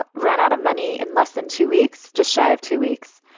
ran out of money in less than two weeks, just shy of two weeks.